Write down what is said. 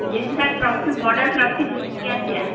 ଯିନ୍ତି sir trophy ବଡ଼ trophy ଜିତିକି ଆସିବା